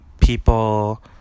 people